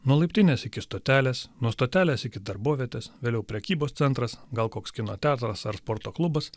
nuo laiptinės iki stotelės nuo stotelės iki darbovietės vėliau prekybos centras gal koks kino teatras ar sporto klubas